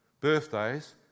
birthdays